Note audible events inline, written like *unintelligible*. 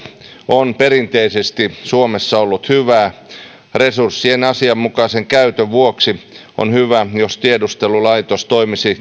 on perinteisesti suomessa ollut hyvää resurssien asianmukaisen käytön vuoksi on hyvä jos tiedustelulaitos toimisi *unintelligible*